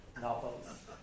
novels